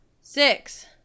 Six